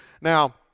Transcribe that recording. Now